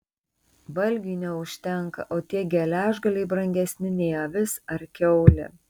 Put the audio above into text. valgiui neužtenka o tie geležgaliai brangesni nei avis ar kiaulė